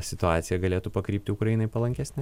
situacija galėtų pakrypti ukrainai palankesne